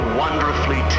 wonderfully